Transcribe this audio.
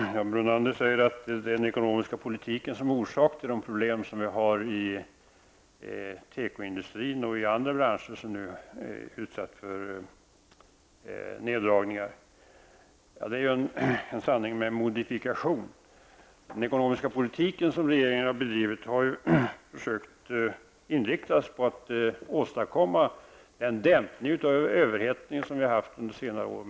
Herr talman! Lennart Brunander säger att det är den ekonomiska politiken som är orsaken till problemen inom tekoindustrin och andra branscher som nu är utsatta för neddragningar. Jag vill då säga att det är en sanning med modifikation. När det gäller den ekonomiska politik som regeringen har bedrivit har vi ju försökt inrikta denna på att åstadkomma en dämpning av den överhettning som har förekommit under senare år.